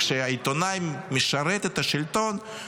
כשעיתונאי משרת את השלטון,